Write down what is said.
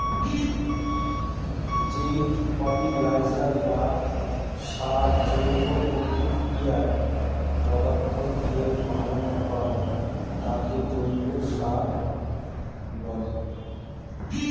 যেই ফার্টিলাইজার বা সার জৈব প্রাকৃতিক পদার্থ দিয়ে বানানো হয় তাকে জৈব সার বলে